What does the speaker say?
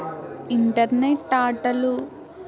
internet ఆటలు